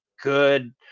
good